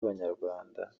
abanyarwanda